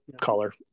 color